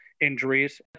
injuries